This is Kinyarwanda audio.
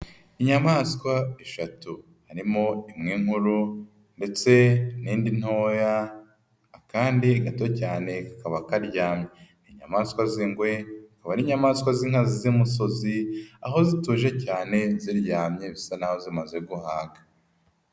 Inyamaswa eshatu, harimo imwe nkuru ndetse n'indi ntoya, akandi gato cyane kakaba karyamye, inyamaswa z'ingwe, zikaba ari inyamaswa z'inkazi z'imisozi, aho zituje cyane ziryamye bisa n'aho zimaze guhaga.